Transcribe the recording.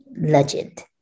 legend